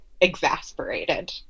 exasperated